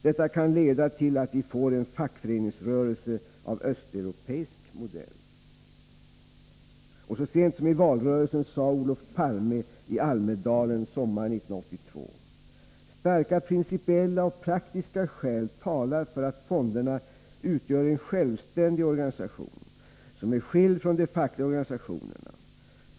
Detta kan leda till att vi får en fackföreningsrörelse av östeuropeisk modell.” Så sent som i valrörelsen sade Olof Palme i Almedalen sommaren 1982: ”Starka principiella och praktiska skäl talar för att fonderna utgör en självständig organisation som är skild från de fackliga organisationerna.